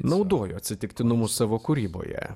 naudoju atsitiktinumus savo kūryboje